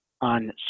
on